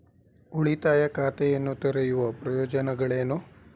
ಉಳಿತಾಯ ಖಾತೆಯನ್ನು ತೆರೆಯುವ ಪ್ರಯೋಜನಗಳೇನು?